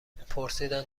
پرسیدند